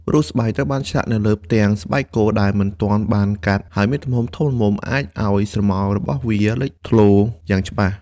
រូបស្បែកត្រូវបានឆ្លាក់នៅលើផ្ទាំងស្បែកគោដែលមិនទាន់បានកាត់ ហើយមានទំហំធំល្មមអាចឱ្យស្រមោលរបស់វាលេចធ្លោយ៉ាងច្បាស់។